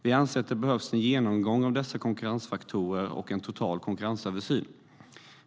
Vi anser att det behövs en genomgång av dessa konkurrensfaktorer och en total konkurrensöversyn.